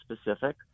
specific